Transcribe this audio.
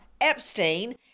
Epstein